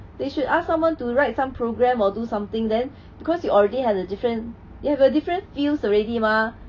they should ask someone to write some program or do something then because you already have a different you have a different fields already mah